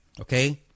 okay